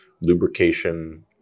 lubrication